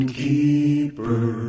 keeper